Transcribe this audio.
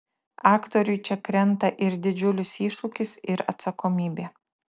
aktoriui čia krenta ir didžiulis iššūkis ir atsakomybė